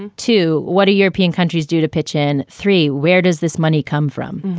and too? what do european countries do to pitch in? three. where does this money come from?